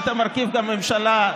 היית מרכיב הממשלה.